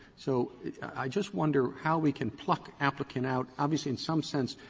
so i just wonder how we can pluck applicant out. obviously, in some sense,